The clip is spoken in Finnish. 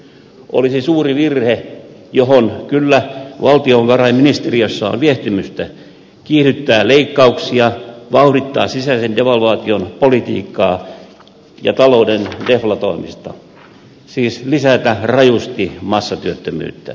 olisi suuri virhe johon kyllä valtiovarainministeriössä on viehtymystä kiihdyttää leikkauksia vauhdittaa sisäisen devalvaation politiikkaa ja talouden deflatoimista siis lisätä rajusti massatyöttömyyttä